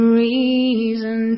reason